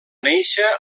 néixer